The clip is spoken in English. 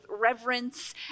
reverence